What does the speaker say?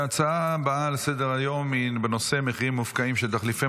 ההצעות הבאות לסדר-היום בנושא: מחירים מופקעים של תחליפי